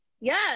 Yes